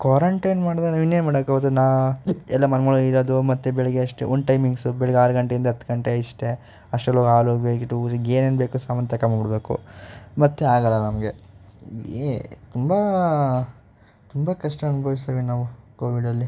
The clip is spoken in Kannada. ಕ್ವಾರಂಟೈನ್ ಮಾಡೋದಾದ್ರೆ ಇನ್ನೇನು ಮಡೋಕ್ಕಾವ್ತದೆ ನಾನು ಎಲ್ಲ ಮನೆ ಮನೆಲಿ ಇರೋದು ಮತ್ತು ಬೆಳಗ್ಗೆ ಅಷ್ಟೇ ಒಂದು ಟೈಮಿಂಗ್ಸು ಬೆಳಗ್ಗೆ ಆರು ಗಂಟೆಯಿಂದ ಹತ್ತು ಗಂಟೆ ಇಷ್ಟೇ ಅಷ್ಟ್ರಲ್ಲು ಹಾಲು ಪ್ಯಾಕೆಟು ಏನೇನು ಬೇಕೋ ಸಾಮಾನು ತಗೊ ಬಂದ್ಬಿಡಬೇಕು ಮತ್ತು ಆಗೋಲ್ಲ ನಮಗೆ ಏ ತುಂಬ ತುಂಬ ಕಷ್ಟ ಅನುಭವ್ಸೀವಿ ನಾವು ಕೋವಿಡಲ್ಲಿ